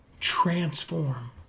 transform